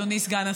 אדוני סגן השר.